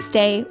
Stay